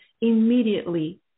immediately